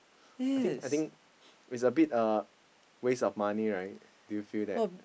I think I think is a bit uh waste of money right do you feel that